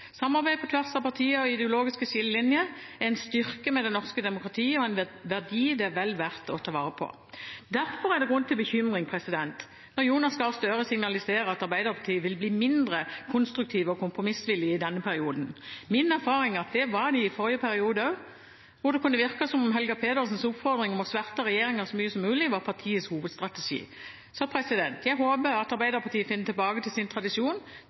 Samarbeid på tvers av partier og ideologiske skillelinjer er en styrke ved det norske demokratiet og en verdi det er vel verdt å ta vare på. Derfor er det grunn til bekymring når Jonas Gahr Støre signaliserer at Arbeiderpartiet vil bli mindre konstruktive og kompromissvillige i denne perioden. Min erfaring er at det var de i forrige periode også, da det kunne virke som om Helga Pedersens oppfordring om å sverte regjeringen så mye som mulig var partiets hovedstrategi. Jeg håper Arbeiderpartiet finner tilbake til sin tradisjon,